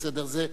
לפי סדר זה.